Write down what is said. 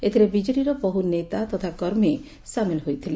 ଏଥିରେ ବିଜେଡ଼ିର ବହୁ ନେତା ତଥା କର୍ମୀ ସାମିଲ ହୋଇଥିଲେ